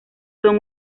son